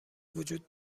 وجود